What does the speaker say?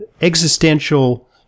existential